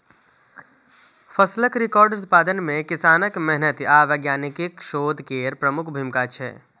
फसलक रिकॉर्ड उत्पादन मे किसानक मेहनति आ वैज्ञानिकक शोध केर प्रमुख भूमिका छै